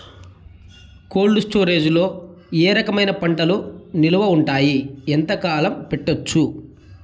Cold storage లో ఏ రకమైన పంటలు నిలువ ఉంటాయి, ఎంతకాలం పెట్టొచ్చు?